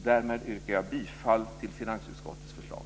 Därmed yrkar jag bifall till finansutskottets förslag.